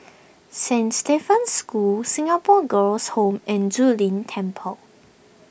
Saint Stephen's School Singapore Girls' Home and Zu Lin Temple